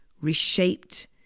reshaped